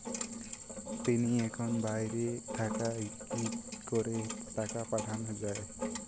তিনি এখন বাইরে থাকায় কি করে টাকা পাঠানো য়ায়?